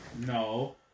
No